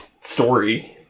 story